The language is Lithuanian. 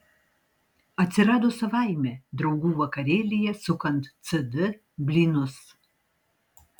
atsirado savaime draugų vakarėlyje sukant cd blynus